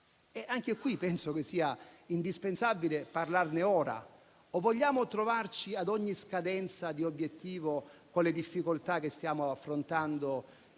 realizzati. Penso sia indispensabile parlarne ora o vogliamo trovarci, ad ogni scadenza di obiettivo, con le difficoltà che stiamo affrontando